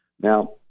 Now